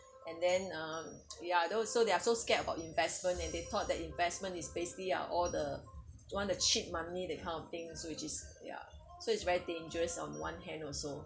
and then uh ya those so they're so scared about investment and they thought that investment is basically are all the want to cheat money that kind of thing so which just ya so it's very dangerous on one hand also